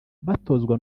batozwa